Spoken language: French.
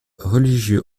religieux